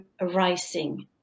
arising